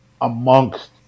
amongst